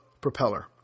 propeller